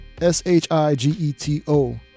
S-H-I-G-E-T-O